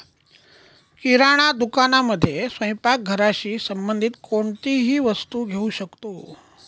किराणा दुकानामध्ये स्वयंपाक घराशी संबंधित कोणतीही वस्तू घेऊ शकतो